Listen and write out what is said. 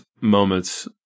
moments